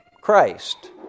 Christ